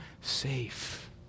safe